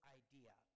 idea